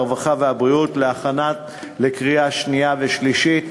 הרווחה והבריאות להכנה לקריאה שנייה ושלישית.